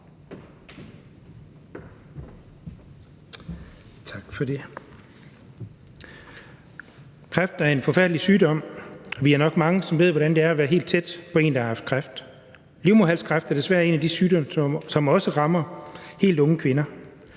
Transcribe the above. Kræft er en forfærdelig sygdom, og vi er nok mange, som ved, hvordan det er at være helt tæt på en, der har haft kræft. Livmoderhalskræft er desværre en af de sygdomme, som også rammer helt unge kvinder.